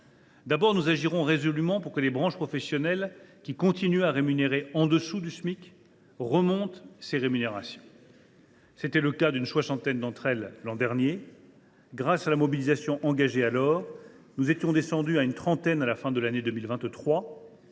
d’abord, nous agirons résolument pour que les branches professionnelles qui continuent à rémunérer en dessous du Smic remontent ces rémunérations. » Comment ?« C’était le cas d’une soixantaine d’entre elles l’an dernier. Grâce à la mobilisation engagée alors, nous étions descendus à une trentaine à la fin de l’année 2023.